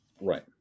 Right